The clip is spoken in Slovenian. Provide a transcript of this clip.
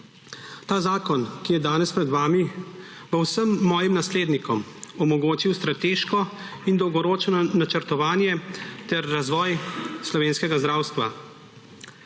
Ta zakon, ki je danes pred vami, bo vsem mojim naslednikom omogočil strateško in dolgoročno načrtovanje ter razvoj slovenskega zdravstva.